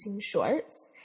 shorts